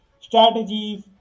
strategies